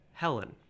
Helen